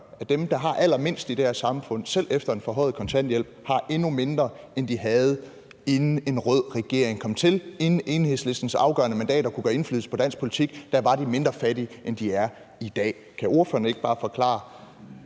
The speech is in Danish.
at dem, der har allermindst i det her samfund, selv efter en forhøjet kontanthjælp, har endnu mindre, end de havde, inden en rød regering kom til. Inden Enhedslistens afgørende mandater kunne gøre indflydelse på dansk politik, var de mindre fattige, end de er i dag. Kan ordføreren ikke bare forklare,